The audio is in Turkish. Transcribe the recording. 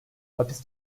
hapis